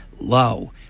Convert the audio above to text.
low